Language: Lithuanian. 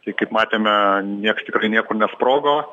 tai kaip matėme nieks tikrai niekur nesprogo